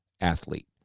athlete